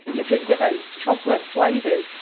you could get those chocolate flavours,